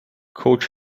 coach